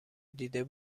دیده